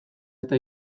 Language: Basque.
eta